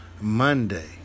Monday